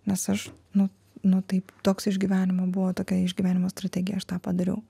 nes aš nu nu taip toks išgyvenimo buvo tokia išgyvenimo strategija aš tą padariau